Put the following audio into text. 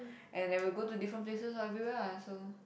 and then we'll go to different places everywhere ah so